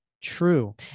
True